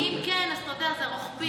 כי אם כן, אז אתה יודע, אתה רוחבי.